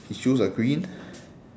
his shoes are green